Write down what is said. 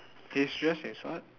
he's dressed is what